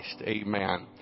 Amen